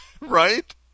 right